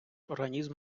організм